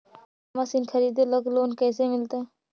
चारा मशिन खरीदे ल लोन कैसे मिलतै?